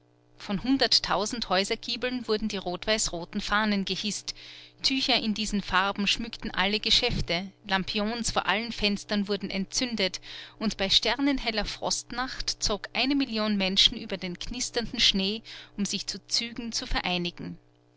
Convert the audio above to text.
von hunderttausend häusergiebeln wurden die rot weiß roten fahnen gehißt tücher in diesen farben schmückten alle geschäfte lampions vor allen fenstern wurden entzündet und bei sternenheller frostnacht zog eine million menschen über den knisternden schnee um sich zu zügen zu vereinigen